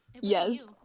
Yes